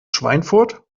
schweinfurt